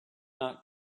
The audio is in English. not